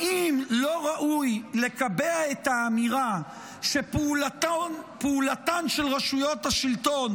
האם לא ראוי לקבע את האמירה שפעולותיהן של רשויות השלטון